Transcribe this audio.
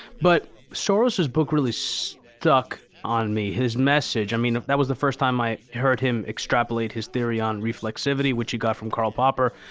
but soros's book really stuck on me. his message. i mean, that was the first time i heard him extrapolate his theory on reflexivity, which he got from karl popper.